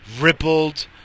rippled